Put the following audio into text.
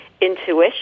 intuition